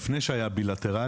לפני שהיה בילטרלי,